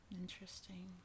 interesting